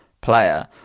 player